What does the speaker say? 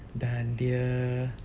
dan dia